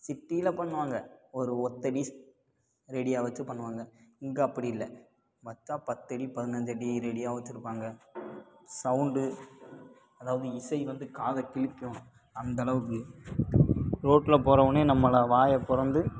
சிட்டியில் பண்ணுவாங்க ஒரு ஒற்ற டீஸ் ரெடியாக வச்சு பண்ணுவாங்க இங்கே அப்படி இல்லை வைச்சா பத்து அடி பதினஞ்சு அடி ரெடியாகும் வச்சுருப்பாங்க சவுண்டு அதாவது இசை வந்து காதை கிழிக்கும் அந்த அளவுக்கு ரோட்டில் போகிறவனே நம்மளை வாயை பிளந்து